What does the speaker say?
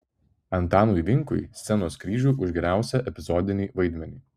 antanui vinkui scenos kryžių už geriausią epizodinį vaidmenį